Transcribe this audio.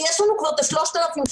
כי יש לנו כבר את ה-3,000 ---.